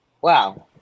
Wow